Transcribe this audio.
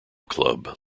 club